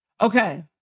Okay